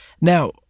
Now